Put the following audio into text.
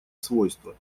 свойства